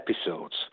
episodes